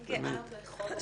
אני גאה בכל עובדי.